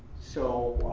so,